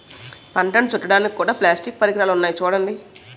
పంటను చుట్టడానికి కూడా ప్లాస్టిక్ పరికరాలున్నాయి చూడండి